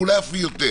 ואולי אף יותר.